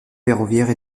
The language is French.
ferroviaires